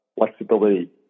flexibility